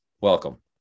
welcome